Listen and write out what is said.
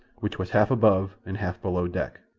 which was half above and half below deck.